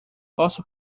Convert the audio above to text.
posso